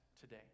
today